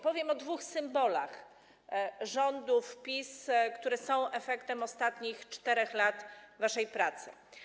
Powiem o dwóch symbolach rządów PiS, które są efektem ostatnich 4 lat waszej pracy.